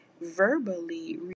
verbally